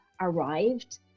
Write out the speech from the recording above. arrived